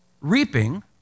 reaping